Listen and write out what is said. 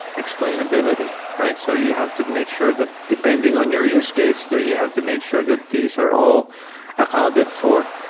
explainability. so you have to make sure that depending on your use case, that you have to make sure that these are all accounted for,